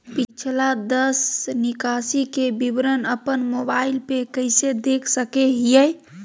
पिछला दस निकासी के विवरण अपन मोबाईल पे कैसे देख सके हियई?